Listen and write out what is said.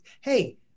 hey